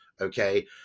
okay